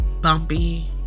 bumpy